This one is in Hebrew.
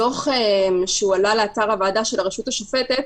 כשהדוח עלה לאתר הוועדה של הרשות השופטת,